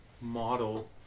model